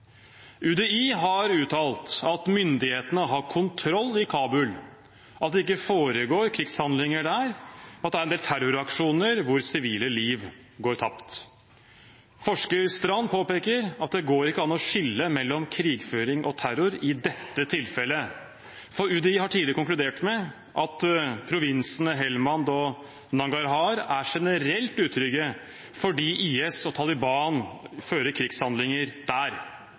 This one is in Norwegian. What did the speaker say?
UDI har uttalt at myndighetene har kontroll i Kabul, at det ikke foregår krigshandlinger der, at det er en del terroraksjoner hvor sivile liv går tapt. Forsker Strand påpeker at det ikke går an å skille mellom krigføring og terror i dette tilfellet. UDI har tidligere konkludert med at provinsene Helmand og Nangarhar er generelt utrygge fordi IS og Taliban fører krigshandlinger der,